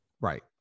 Right